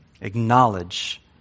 Acknowledge